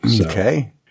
Okay